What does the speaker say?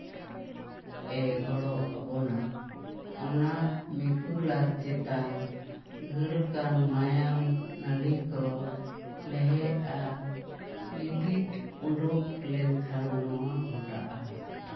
ᱮ ᱜᱚᱲᱚ ᱟᱵᱚᱱᱟ ᱚᱱᱟ ᱢᱮᱠᱩᱞᱟᱨ ᱪᱮᱛᱟᱱ ᱜᱷᱟᱹᱞ ᱠᱟᱱ ᱢᱟᱭᱟᱢ ᱱᱟ ᱞᱤ ᱠᱚ ᱞᱮᱦᱮ ᱟᱨ ᱞᱤᱯᱤᱴ ᱩᱰᱩᱠ ᱞᱮᱱ ᱠᱷᱟᱱ ᱱᱚᱣᱟ ᱜᱷᱚᱴᱟᱜᱼᱟ